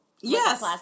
Yes